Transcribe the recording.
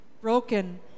broken